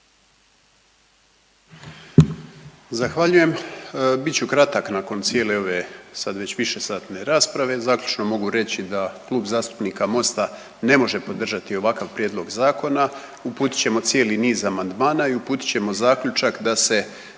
Zahvaljujem. Bit ću kratak nakon cijele ove sad već višesatne rasprave. zaključno mogu reći da Klub zastupnika Mosta ne može podržati ovakav prijedlog zakona. Uputit ćemo cijeli niz amandmana i uputiti ćemo zaključak da zakon